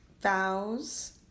vows